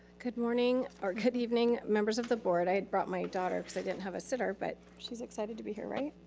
good morning, or good evening members of the board. i brought my daughter because i didn't have a but she's excited to be here, right.